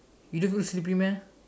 you don't feel sleepy meh